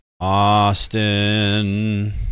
Austin